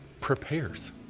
prepares